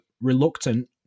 reluctant